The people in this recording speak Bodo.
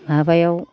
माबायाव